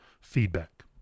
feedback